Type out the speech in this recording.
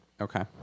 Okay